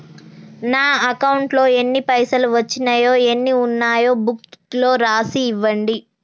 నా అకౌంట్లో ఎన్ని పైసలు వచ్చినాయో ఎన్ని ఉన్నాయో బుక్ లో రాసి ఇవ్వండి?